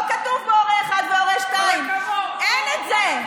לא כתוב בו "הורה 1" ו"הורה 2". אין את זה.